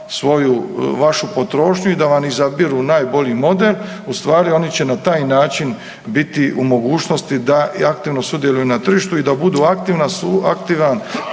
vama vašu potrošnju i da vam izabiru najbolji model ustvari oni će na taj način biti u mogućnosti da aktivno sudjeluju na tržištu i da budu aktivan kupac